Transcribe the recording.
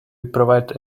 provide